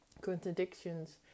contradictions